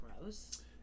gross